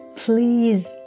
Please